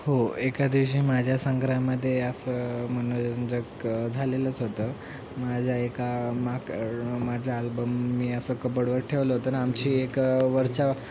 हो एका दिवशी माझ्या संग्रहामध्ये असं मनोरंजक झालेलंच होतं माझ्या एका माक माझं आल्बम मी असं कबडवर ठेवलं होतं न आमची एक वरचा